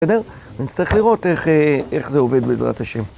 בסדר? נצטרך לראות איך זה עובד בעזרת השם.